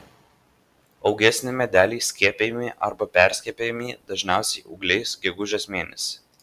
augesni medeliai skiepijami arba perskiepijami dažniausiai ūgliais gegužės mėnesį